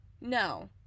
No